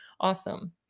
awesome